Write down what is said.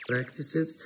practices